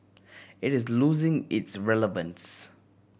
it is losing its relevance